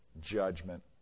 judgment